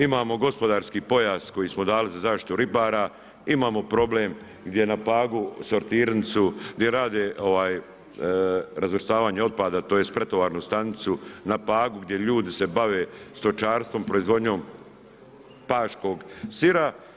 Imamo gospodarski pojas koji smo dali za zaštitu ribara, imamo problem gdje na Pagu sortirnicu, gdje rade razvrstavanje otpada, tj. pretovarnu stanicu na Pagu, gdje ljudi se bave stočarstvom, proizvodnjom paškog sira.